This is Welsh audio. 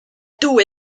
dwy